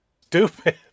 stupid